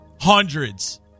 hundreds